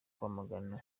kwamagana